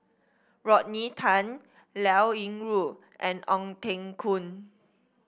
Rodney Tan Liao Yingru and Ong Teng Koon